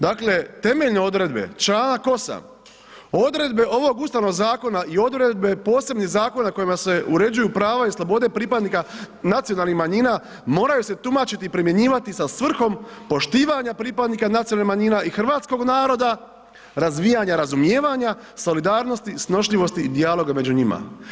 Dakle, temeljne odredbe Članak 8., odredbe ovog ustavnog zakona i odredbe posebnih zakona kojima se uređuju prava i slobode pripadnika nacionalnih manjina moraju se tumačiti, primjenjivati sa svrhom poštivanja pripadnika nacionalnih manjina i hrvatskog naroda, razvijanja razumijevanja, solidarnosti, snošljivosti i dijaloga među njima.